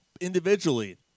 individually